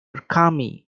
kami